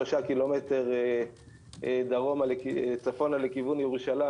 שלושה קילומטר צפונה לכיוון ירושלים,